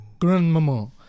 Grandmama